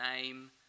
name